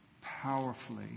powerfully